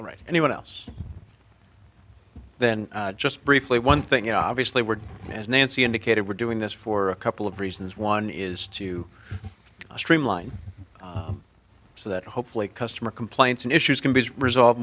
right anyone else then just briefly one thing you know obviously we're as nancy indicated we're doing this for a couple of reasons one is to streamline so that hopefully customer complaints and issues can be resolved